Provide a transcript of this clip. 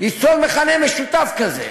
ליצור מכנה משותף כזה,